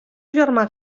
germà